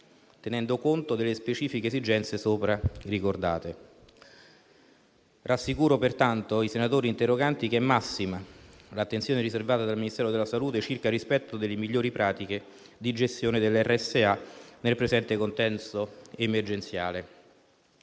tenendo conto delle specifiche esigenze sopra ricordate. Rassicuro pertanto i senatori interroganti che massima è l'attenzione riservata dal Ministero della salute circa il rispetto delle migliori pratiche di gestione delle RSA nel presente contesto emergenziale.